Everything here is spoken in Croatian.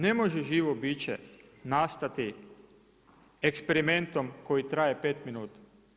Ne može živo biće nastati eksperimentom koji traje pet minuta.